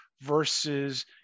versus